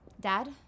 Dad